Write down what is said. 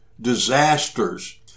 disasters